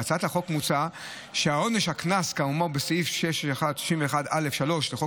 בהצעת החוק מוצע שעונש הקנס כאמור בסעיף 61(א)(3) לחוק